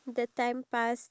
if